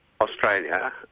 Australia